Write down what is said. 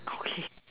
okay